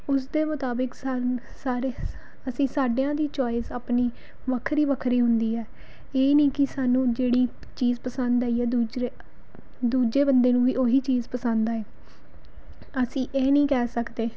ਉਸ ਦੇ ਮੁਤਾਬਕ ਸਾ ਸਾਰੇ ਅਸੀਂ ਸਾਡਿਆਂ ਦੀ ਚੋਇਸ ਆਪਣੀ ਵੱਖਰੀ ਵੱਖਰੀ ਹੁੰਦੀ ਹੈ ਇਹ ਨਹੀਂ ਕਿ ਸਾਨੂੰ ਜਿਹੜੀ ਚੀਜ਼ ਪਸੰਦ ਆਈ ਹੈ ਦੂਸਰੇ ਦੂਜੇ ਬੰਦੇ ਨੂੰ ਵੀ ਉਹੀ ਚੀਜ਼ ਪਸੰਦ ਆਏ ਅਸੀਂ ਇਹ ਨਹੀਂ ਕਹਿ ਸਕਦੇ